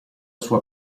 sua